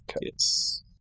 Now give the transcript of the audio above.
Yes